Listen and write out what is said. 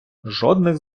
жодних